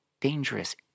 dangerous